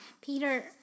Peter